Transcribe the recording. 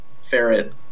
ferret